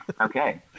Okay